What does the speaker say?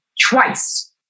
twice